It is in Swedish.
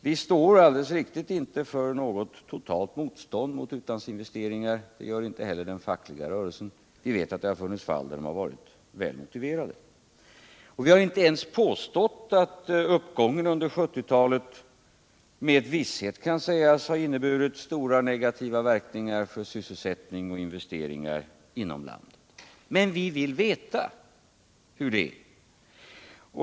Det är alldeles riktigt att vi inte står för något totalt motstånd mot utlandsinvesteringar. Det gör inte heller den fackliga rörelsen. Vi vet att det funnits fall då de varit välmotiverade. Vi har inte ens påstått att uppgången under 1970-talet med visshet kan sägas ha inneburit stora negativa verkningar för sysselsättning och investeringar inom landet. Men vi vill veta hur det är.